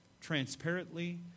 transparently